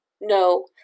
No